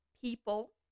People